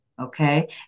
Okay